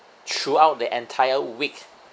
throughout the entire week